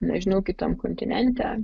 nežinau kitam kontinente